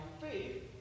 faith